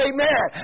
Amen